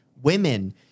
women